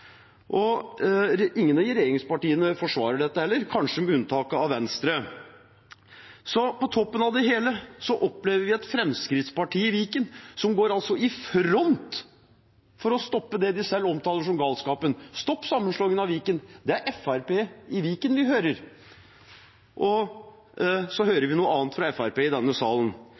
ønsker det. Ingen i regjeringspartiene forsvarer det heller, kanskje med unntak av Venstre. På toppen av det hele opplever vi et Fremskrittsparti i Viken som går i front for å stoppe det de selv omtaler som galskap. Stopp sammenslåingen av Viken – det er Fremskrittspartiet i Viken vi hører. Så hører vi noe annet fra Fremskrittspartiet i denne salen.